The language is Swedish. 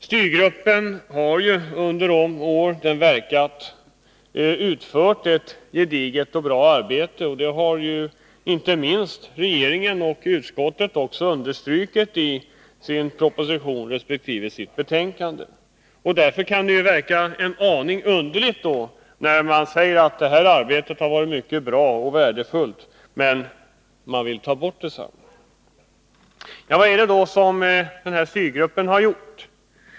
Styrgruppen har ju under de år som den verkat utfört ett gediget och bra arbete, och det har inte minst regeringen och utskottet understrukit i sin proposition resp. sitt betänkande. Därför kan det verka en aning underligt, när man säger att detta arbete har varit mycket bra och värdefullt men att man vill ta bort det. Vad har då styrgruppen arbetat med?